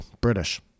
British